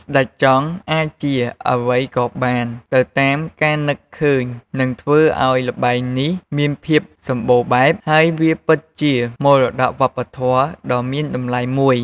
ស្តេចចង់ អាចជា អ្វីក៏បាន ទៅតាម ការនឹកឃើញ ដែលធ្វើឲ្យ ល្បែងនេះមានភាពសម្បូរបែប ហើយវាពិតជា មរតកវប្បធម៌ដ៏មានតម្លៃមួយ